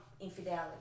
infidelity